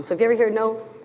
so if you ever hear no,